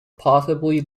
possibly